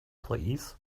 please